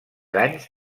anys